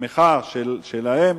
בתמיכה שלהם,